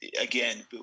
again